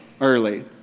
early